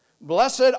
Blessed